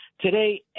Today